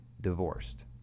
divorced